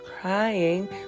crying